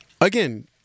again